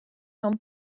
són